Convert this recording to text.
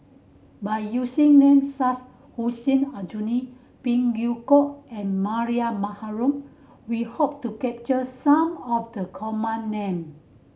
by using names Hussein Aljunied Phey Yew Kok and Mariam Baharom we hope to capture some of the common name